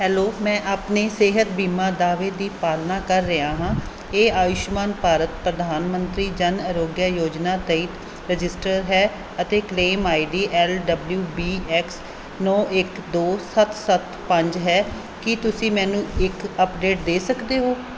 hello ਮੈਂ ਆਪਣੇ ਸਿਹਤ ਬੀਮਾ ਦਾਅਵੇ ਦੀ ਪਾਲਣਾ ਕਰ ਰਿਹਾ ਹਾਂ ਇਹ ਆਯੁਸ਼ਮਾਨ ਭਾਰਤ ਪ੍ਰਧਾਨ ਮੰਤਰੀ ਜਨ ਆਰੋਗਯ ਯੋਜਨਾ ਤਹਿਤ ਰਜਿਸਟਰ ਹੈ ਅਤੇ claim I D L W B X ਨੌਂ ਇੱਕ ਦੋ ਸੱਤ ਸੱਤ ਪੰਜ ਹੈ ਕੀ ਤੁਸੀਂ ਮੈਨੂੰ ਇੱਕ ਅਪਡੇਟ ਦੇ ਸਕਦੇ ਹੋ